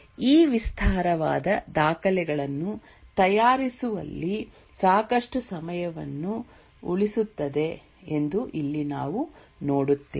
ಈ ವಿಸ್ತಾರವಾದ ದಾಖಲೆಗಳನ್ನು ತಯಾರಿಸುವಲ್ಲಿ ಸಾಕಷ್ಟು ಸಮಯವನ್ನು ಉಳಿಸುತ್ತದೆ ಎಂದು ಇಲ್ಲಿ ನಾವು ನೋಡುತ್ತೇವೆ